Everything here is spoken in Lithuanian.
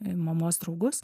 mamos draugus